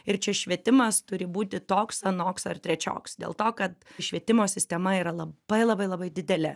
ir čia švietimas turi būti toks anoks ar trečioks dėl to kad švietimo sistema yra labai labai labai didelė